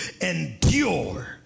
Endure